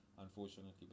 unfortunately